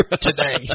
today